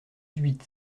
huit